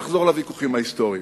לחזור לוויכוחים ההיסטוריים.